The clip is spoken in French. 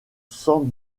cent